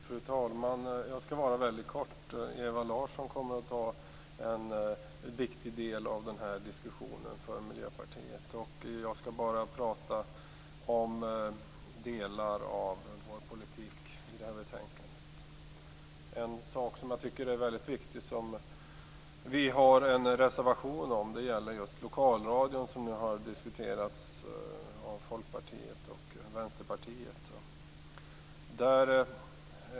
Fru talman! Jag skall fatta mig kort. Ewa Larsson kommer att ta en viktig del av diskussionen för Miljöpartiet. Jag skall bara tala om delar av vår politik i det här betänkandet. En sak som jag tycker är väldigt viktig och som vi har en reservation om gäller just lokalradion, som nu har diskuterats av Folkpartiet och Vänsterpartiet.